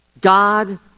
God